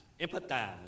empathize